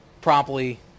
promptly